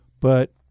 but-